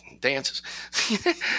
dances